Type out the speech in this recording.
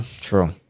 true